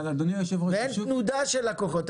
אין תנודה של לקוחות,